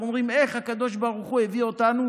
אנחנו אומרים: איך הקדוש ברוך הוא הביא אותנו,